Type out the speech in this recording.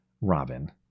Robin